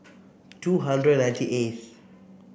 two hundred ninety eighth